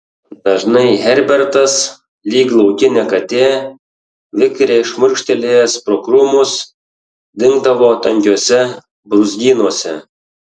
dažnai herbertas lyg laukinė katė vikriai šmurkštelėjęs pro krūmus dingdavo tankiuose brūzgynuose